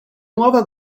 nuova